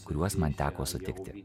kuriuos man teko sutikti